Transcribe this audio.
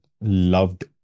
Loved